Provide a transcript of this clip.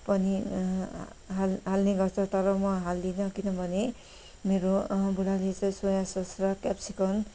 पनि हाल् हाल्ने गर्छु तर म हाल्दिनँ किनभने मेरो बुढाले चाहिँ सोया सस र केप्सिकम